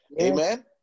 Amen